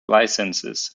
licences